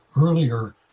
earlier